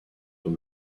from